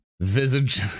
visage